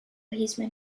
heisman